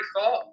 thought